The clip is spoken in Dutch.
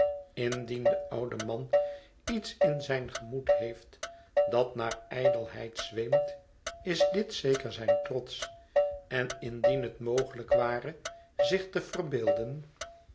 indien de oude man iets in zijn gemoed heeft dat naar ijdelheid zweemt is dit zeker zijn trots en indien het mogel'yk ware zich te verbeelde